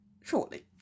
shortly